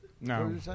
No